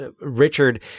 Richard